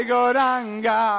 Goranga